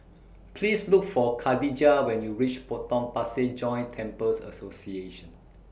Please Look For Khadijah when YOU REACH Potong Pasir Joint Temples Association